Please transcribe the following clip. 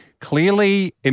clearly